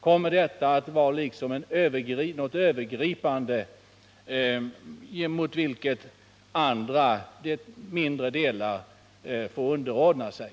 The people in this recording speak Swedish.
Kommer detta att vara något övergripande, i förhållande till vilket andra, mindre delar får underordna sig?